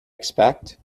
expect